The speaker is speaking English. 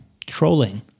trolling